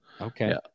Okay